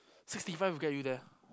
sixty five to get you there